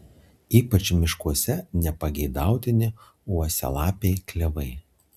ypač miškuose nepageidautini uosialapiai klevai